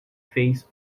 fez